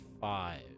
five